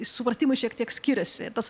supratimai šiek tiek skiriasi tas